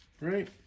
right